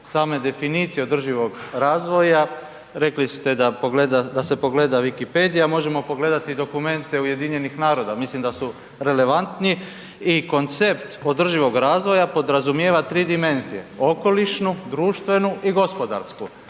same definicije održivog razvoja, rekli ste da se pogleda wikipedija, a možemo pogledati i dokumente UN-a mislim da su relevantni i koncept održivog razvoja podrazumijeva tri dimenzije, okolišnu, društvenu i gospodarsku.